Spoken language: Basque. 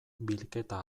bilketa